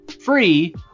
free